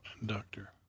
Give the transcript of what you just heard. inductor